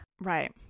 Right